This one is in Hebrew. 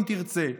אם תרצה,